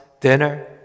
dinner